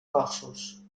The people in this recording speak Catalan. cossos